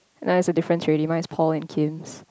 uh there's a difference already mine is Paul and Kims